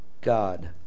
God